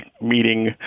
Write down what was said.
meeting